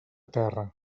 terra